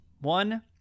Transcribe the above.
One